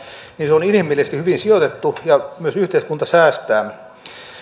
niin se on inhimillisesti hyvin sijoitettu ja myös yhteiskunta säästää